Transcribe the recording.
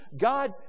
God